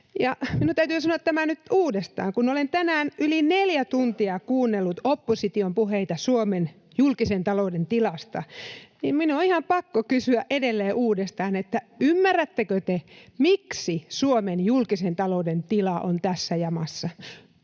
ihan pakko kysyä edelleen uudestaan, kun olen tänään yli neljä tuntia kuunnellut opposition puheita Suomen julkisen talouden tilasta, että ymmärrättekö te, miksi Suomen julkisen talouden tila on tässä jamassa.